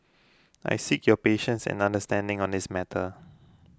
I seek your patience and understanding on this matter